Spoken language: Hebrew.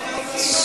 הכי אישי.